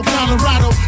Colorado